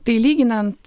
tai lyginant